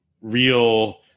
real